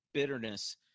Bitterness